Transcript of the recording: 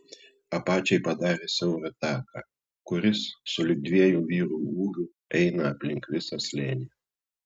apačiai padarė siaurą taką kuris sulig dviejų vyrų ūgiu eina aplink visą slėnį